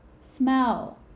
smell